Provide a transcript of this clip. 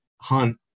Hunt